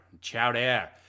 chowder